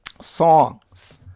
songs